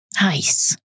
Nice